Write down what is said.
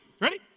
Ready